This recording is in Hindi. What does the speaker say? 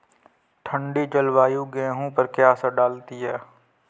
ठंडी जलवायु गेहूँ पर क्या असर डालती है?